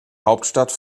hauptstadt